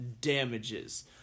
damages